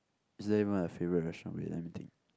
is there even a favourite restaurant wait let me think